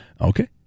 Okay